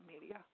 media